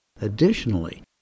Additionally